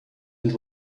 and